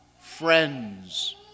Friends